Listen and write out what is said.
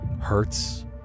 hurts